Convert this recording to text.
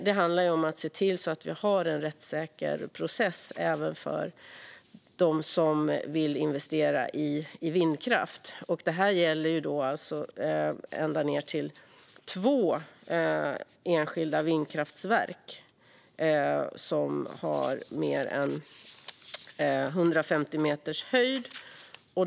Det handlar alltså om att se till att vi har en rättssäker process även för dem som vill investera i vindkraft. Detta gäller ända ned till två enskilda vindkraftverk med en höjd över 150 meter.